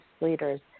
leaders